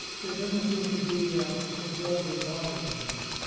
there doesn't seem to be a global model anywhere.